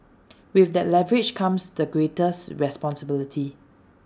with that leverage comes the greatest responsibility